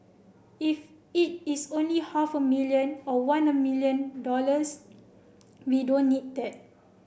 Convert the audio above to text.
if it is only half a million or one a million dollars we don't need that